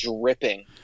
dripping